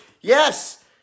Yes